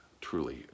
truly